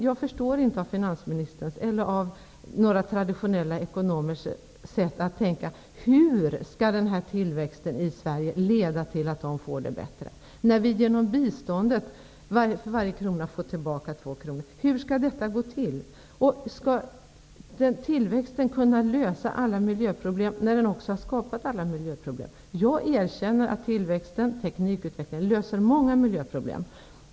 Jag förstår inte av finansministerns eller av några traditionella ekonomers sätt att tänka hur tillväxten i Sverige skall kunna leda till att människor i uvärlden får det bättre, när vi genom vårt bistånd för varje krona får tillbaka två kronor. Hur skall det gå till? Skall tillväxten kunna lösa alla miljöproblem när den också har skapat alla miljöproblem? Jag erkänner att tillväxten och teknikutvecklingen löser många miljöproblem.